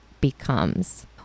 becomes